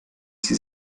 sie